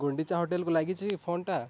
ଗୁଣ୍ଡିଚା ହୋଟେଲ୍କୁ ଲାଗିଛି ଫୋନ୍ଟା